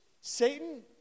Satan